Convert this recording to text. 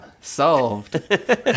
Solved